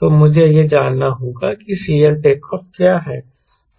तो मुझे यह जानना होगा कि CLTO क्या है